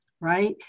right